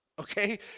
okay